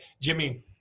Jimmy